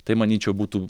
tai manyčiau būtų